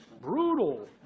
brutal